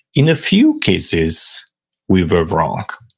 in a few cases we were wrong.